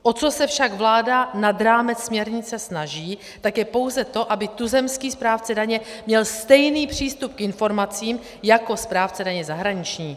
O co se však vláda nad rámec směrnice snaží, je pouze to, aby tuzemský správce daně měl stejný přístup k informacím jako správce daně zahraniční.